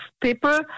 people